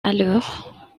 alors